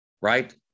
right